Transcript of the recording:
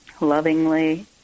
lovingly